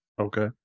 Okay